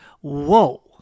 whoa